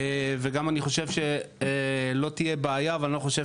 ואני גם חושב שלא תהיה בעיה ואני לא חושב